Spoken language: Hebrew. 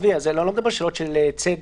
אני לא מדבר על שאלות של צדק,